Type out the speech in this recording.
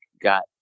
got